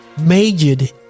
Majored